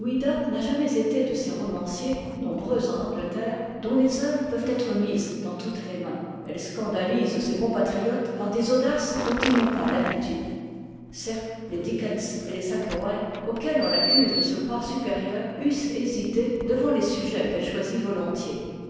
n'a jamais été de ces romanciers nombreux en angleterre dont les œuvres peuvent être mises dans toutes les mains elle scandalise ses compatriotes par des audaces dont ils n'ont pas l'habitude certes les dickens et les thackeray auxquels on l'accuse de se croire supérieure eussent hésité devant les sujets qu'elle choisit volontiers